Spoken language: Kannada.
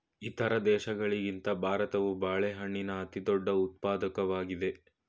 ಇತರ ದೇಶಗಳಿಗಿಂತ ಭಾರತವು ಬಾಳೆಹಣ್ಣಿನ ಅತಿದೊಡ್ಡ ಉತ್ಪಾದಕವಾಗಿದೆ